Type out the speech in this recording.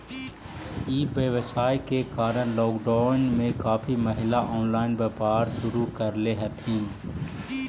ई व्यवसाय के कारण लॉकडाउन में काफी महिला ऑनलाइन व्यापार शुरू करले हथिन